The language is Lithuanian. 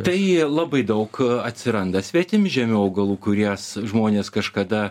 tai labai daug atsiranda svetimžemių augalų kuries žmonės kažkada